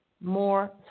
more